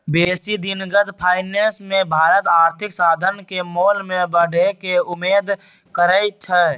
बेशी दिनगत फाइनेंस मे भारत आर्थिक साधन के मोल में बढ़े के उम्मेद करइ छइ